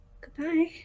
Goodbye